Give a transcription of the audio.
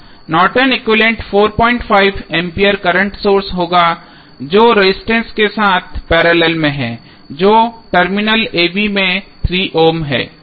Norton equivalent Nortons equivalent 45 ampere current source होगा जो resistance के साथ पैरेलल है जो टर्मिनल a b में 3 ओम है